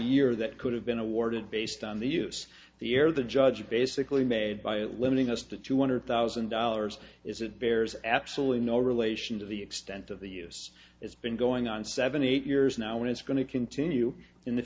year that could have been awarded based on the use of the air the judge basically made by limiting us to two hundred thousand dollars is it bears absolutely no relation to the extent of the use it's been going on seventy eight years now and it's going to continue in the